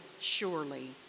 surely